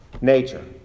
nature